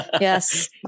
yes